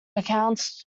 accounts